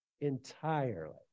entirely